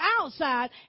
outside